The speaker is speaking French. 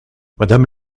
madame